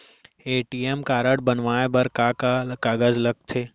ATM card बनवाये बर का का कागज लगथे?